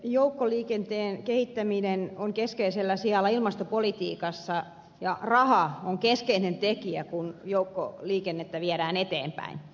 joukkoliikenteen kehittäminen on keskeisellä sijalla ilmastopolitiikassa ja raha on keskeinen tekijä kun joukkoliikennettä viedään eteenpäin